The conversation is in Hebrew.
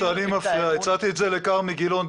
סליחה שאני מפריע, הצעתי את זה לכרמי גילון.